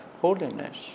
holiness